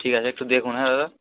ঠিক আছে একটু দেখুন হ্যাঁ দাদা